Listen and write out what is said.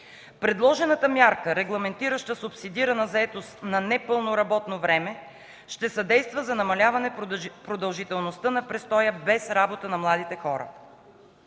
Предложената мярка, регламентираща субсидирана заетост на непълно работно време, ще съдейства за намаляване продължителността на престоя без работа на младите хора.